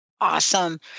Awesome